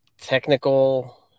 technical